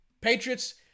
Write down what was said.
Patriots